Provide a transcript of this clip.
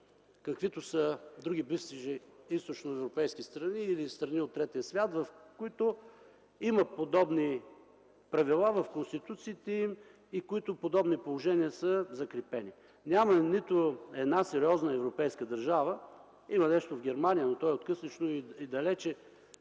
каквито са други бивши източноевропейски страни или страни от Третия свят, които имат подобни правила в конституциите им и които подобни положения са закрепени. Няма нито една сериозна европейска държава – има нещо в Германия, но то е откъслечно и далеч